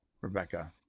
rebecca